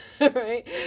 right